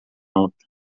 alta